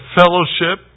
fellowship